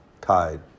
tied